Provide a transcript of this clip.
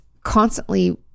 constantly